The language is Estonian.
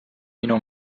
minu